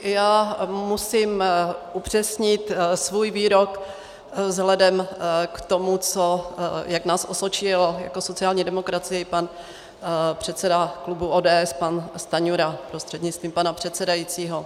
Já musím upřesnit svůj výrok vzhledem k tomu, jak nás osočil jako sociální demokracii pan předseda klubu ODS Stanjura prostřednictvím pana předsedajícího.